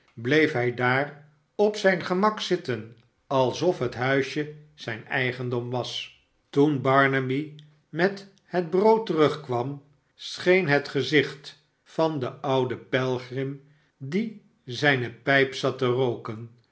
bleef hij daar op zijn gemak zitten alsof het huisje zijn eigendom was toen barnaby met het brood terugkwam scheen het gezichtvan den ouden pelgrim die zijne pijp zat te rooken